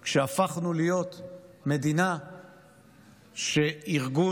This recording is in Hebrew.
כשהפכנו להיות מדינה שארגון